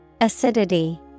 Acidity